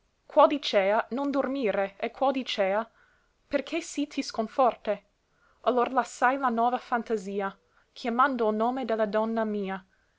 qual dicea non dormire e qual dicea perché sì ti sconforte allor lassai la nova fantasia chiamando il nome de la donna mia